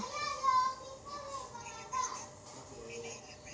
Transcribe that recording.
s